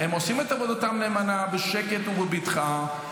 הם עושים את עבודתם נאמנה בשקט ובבטחה.